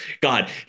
god